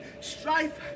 strife